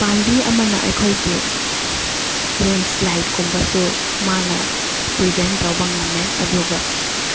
ꯄꯥꯟꯕꯤ ꯑꯃꯅ ꯑꯩꯈꯣꯏꯒꯤ ꯂꯦꯟꯁꯂꯥꯏꯠꯀꯨꯝꯕꯁꯨ ꯃꯥꯅ ꯄ꯭ꯔꯤꯕꯦꯟ ꯇꯧꯕ ꯉꯝꯃꯦ ꯑꯗꯨꯒ